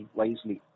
wisely